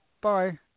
bye